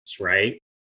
right